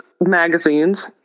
magazines